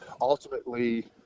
ultimately